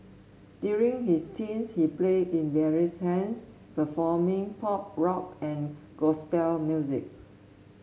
during his teens he played in various hands performing pop rock and gospel music